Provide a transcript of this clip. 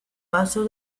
paso